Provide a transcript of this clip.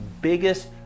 biggest